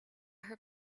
her